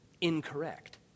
incorrect